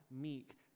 meek